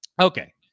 okay